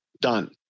Done